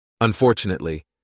Unfortunately